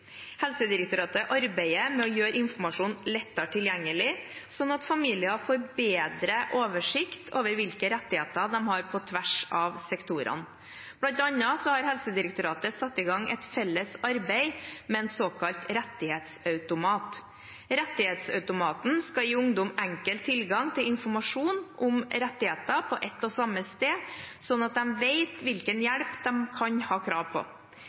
Helsedirektoratet arbeider med å gjøre informasjon lettere tilgjengelig slik at familier får bedre oversikt over hvilke rettigheter de har på tvers av sektorer. Blant annet har Helsedirektoratet satt i gang et felles arbeid med en såkalt rettighetsautomat. Rettighetsautomaten skal gi ungdom enkel tilgang til informasjon om rettigheter på ett og samme sted, slik at de vet hvilken hjelp de kan ha krav på.